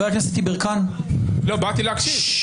כל עוד הכנסת קיימת היא יכולה לחוקק את החוק הזה,